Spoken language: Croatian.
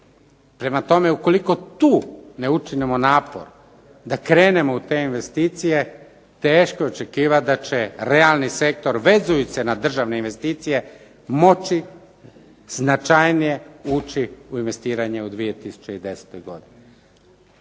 Prema tome, ukoliko tu ne učinimo napor da krenemo u te investicije teško je očekivati da će realni sektor vezujući se na državne investicije moći značajnije ući u investiranje u 2010. godini.